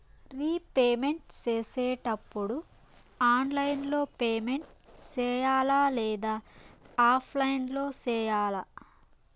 repayment సేసేటప్పుడు online లో payment సేయాలా లేదా ఆఫ్లైన్ లో సేయాలా